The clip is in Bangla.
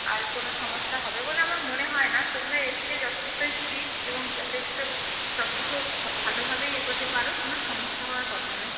আর কোনো সমস্যা হবে বলে আমার মনে হয় না তোমরা এদিকে যথেষ্টই ফিট এবং যথেষ্ট সবকিছু ভালোভাবেই এগোতে পারো কোনও সমস্যা হওয়ার কথা নয়